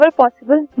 possible